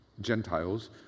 Gentiles